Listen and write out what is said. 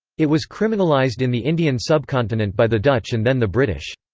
it was criminalized in the indian subcontinent by the dutch and then the british.